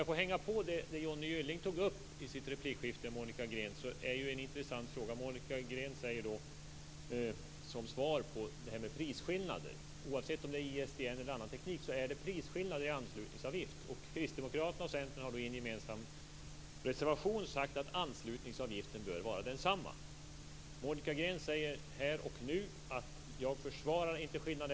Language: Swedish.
Jag vill hänga på det Johnny Gylling tog upp i sitt replikskifte med Monica Green. Det är en intressant fråga. Monica Green svarade på frågan om prisskillnader. Oavsett om det rör ISDN eller annan teknik finns det prisskillnader när det gäller anslutningsavgiften. Kristdemokraterna och Centern har i en gemensam reservation sagt att anslutningsavgiften bör vara densamma. Monica Green säger här och nu att hon inte försvarar skillnaden.